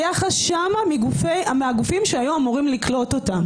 היחס שם מהגופים שהיו אמורים לקלוט אותם.